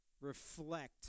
reflect